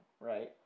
right